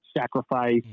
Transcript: sacrifice